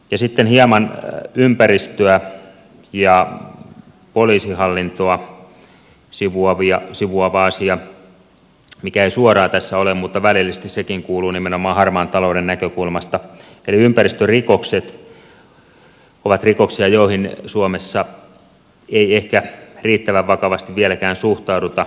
sitten hieman ympäristöä ja poliisihallintoa sivuava asia mikä ei suoraan tässä ole mutta välillisesti sekin kuuluu nimenomaan harmaan talouden näkökulmasta eli ympäristörikokset ovat rikoksia joihin suomessa ei ehkä riittävän vakavasti vieläkään suhtauduta